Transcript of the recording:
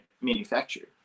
manufactured